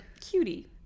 cutie